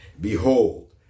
Behold